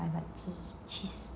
I like cheese